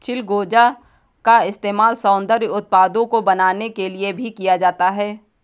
चिलगोजा का इस्तेमाल सौन्दर्य उत्पादों को बनाने के लिए भी किया जाता है